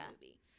movie